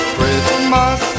Christmas